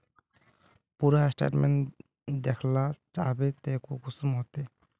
पूरा स्टेटमेंट देखला चाहबे तो कुंसम होते?